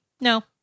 No